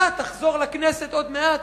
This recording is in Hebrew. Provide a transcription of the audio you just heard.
אתה תחזור לכנסת עוד מעט,